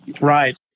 Right